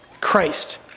Christ